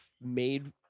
made